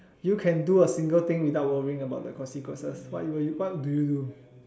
you can do a single thing without worrying about the consequences what you were you what do you do